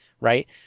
right